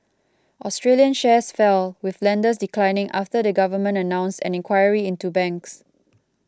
Australian shares fell with lenders declining after the government announced an inquiry into banks